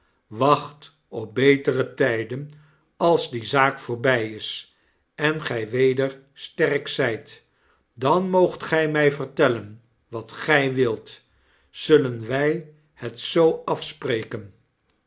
wacht op betere tijden als die zaak voorbij is en gij weder sterkzijt dan moogt gij mij vertellen wat gij wilt zullen wij het z afspreken